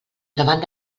davant